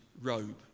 robe